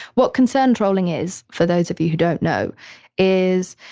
what concern trolling is for those of you who don't know is,